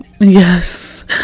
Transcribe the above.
Yes